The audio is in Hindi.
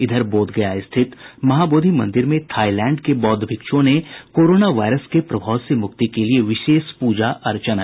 इधर बोधगया स्थित महाबोधि मंदिर में थाईलैंड के बौद्ध भिक्षुओं ने कोरोना वायरस के प्रभाव से मुक्ति के लिए विशेष पूजा अर्चना की